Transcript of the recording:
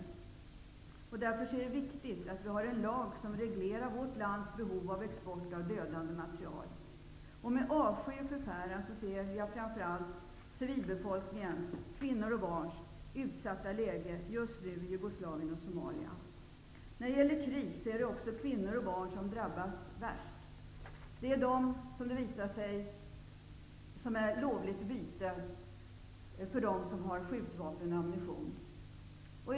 Det är därför viktigt att vi har en lag som reglerar vårt lands behov av export av dödande material. Med avsky och förfäran ser jag framför allt civilbefolkningens, kvinnors och barns, utsatta läge just nu i Jugoslavien och Somalia. När det gäller krig är det också kvinnor och barn som drabbas värst. De är, som det visat sig, lovligt byte för de som har skjutvapen och ammunition.